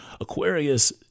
Aquarius